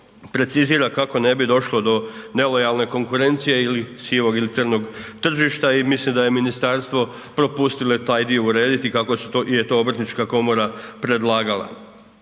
precizira kako ne bi došlo do nelojalne konkurencije ili sivog ili crnog tržišta i mislim da je ministarstvo propustilo i taj dio urediti kako je to Obrtnička komora predlagala.